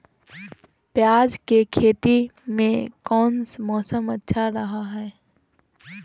प्याज के खेती में कौन मौसम अच्छा रहा हय?